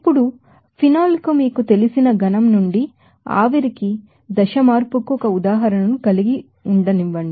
ఇప్పుడు ఫినాల్ మీకు తెలిసిన సాలిడ్ ఘనం నుండి వేపర్ ఫేజ్ ఆవిరికి దశ మార్పుకు ఒక ఉదాహరణ ను కలిగి ఉండనివ్వండి